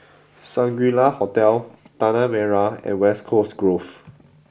Shangri La Hotel Tanah Merah and West Coast Grove